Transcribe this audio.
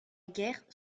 guerre